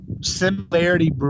similarity